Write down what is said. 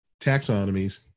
taxonomies